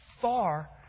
far